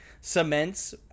cements